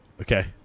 Okay